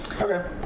Okay